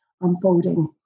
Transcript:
unfolding